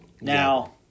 Now